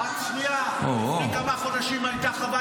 אני מסכימה עם מיקי,